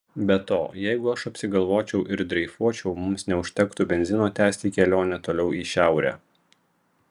be to jeigu aš apsigalvočiau ir dreifuočiau mums neužtektų benzino tęsti kelionę toliau į šiaurę